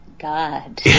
God